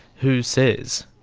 who says?